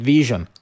Vision